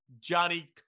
Johnny